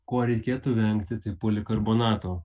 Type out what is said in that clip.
ko reikėtų vengti tai polikarbonato